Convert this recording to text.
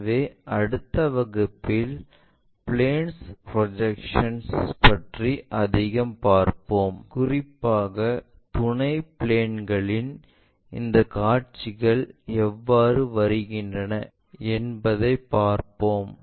எனவே அடுத்த வகுப்பில் பிளேன்ஸ் ப்ரொஜெக்ஷன்ஸ் பற்றி அதிகம் பார்ப்போம் குறிப்பாக துணை பிளேன்களில் இந்த காட்சிகள் எவ்வாறு வருகின்றன என்பதை பார்ப்போம்